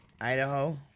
Idaho